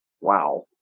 Wow